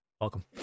welcome